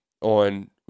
on